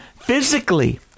physically